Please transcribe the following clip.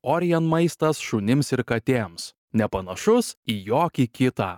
orijen maistas šunims ir katėms nepanašus į jokį kitą